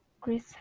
Chris